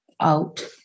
out